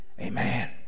Amen